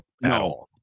No